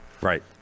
Right